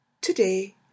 Today